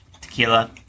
tequila